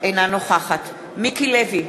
אינה נוכחת מיקי לוי,